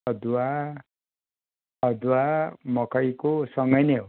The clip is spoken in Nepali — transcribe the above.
अदुवा अदुवा मकैको सँगै नै हो